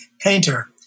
painter